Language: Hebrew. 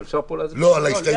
אבל אפשר פה להצביע ---- לא,